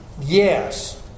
Yes